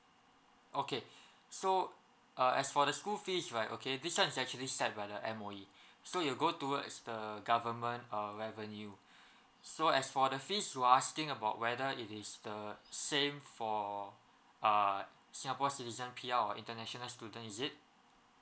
okay so uh as for the school fees right okay this one is actually seven set by the M_O_E so you go towards the government uh revenue so as for the fees you asking about whether it is the same for err singapore citizen P_R or international student is it